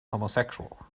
homosexual